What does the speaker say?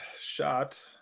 shot